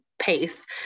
pace